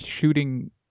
shooting